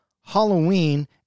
Halloween